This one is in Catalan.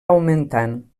augmentant